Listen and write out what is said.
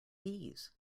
bees